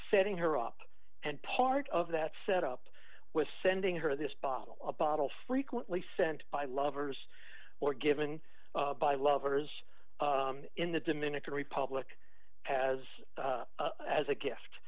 setting her up and part of that set up was sending her this bottle a bottle frequently sent by lovers or given by lovers in the dominican republic has as a gift